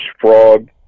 frog